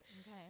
Okay